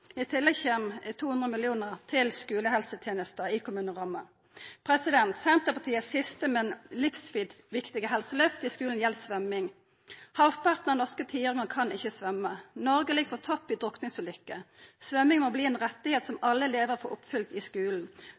I tillegg kjem 200 mill. kr til skulehelsetenesta i kommuneramma. Senterpartiets siste, men livsviktige helseløft i skulen gjeld svømming. Halvparten av norske tiåringar kan ikkje svømma. Noreg ligg på topp i drukningsulukker. Svømming må verta ein rett som alle elevar får oppfylt i skulen.